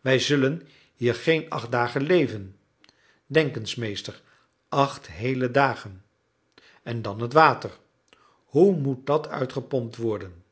wij kunnen hier geen acht dagen leven denk eens meester acht heele dagen en dan het water hoe moet dat uitgepompt worden